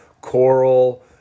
coral